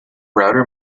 router